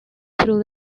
through